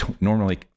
normally